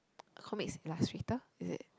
comics illustrator is it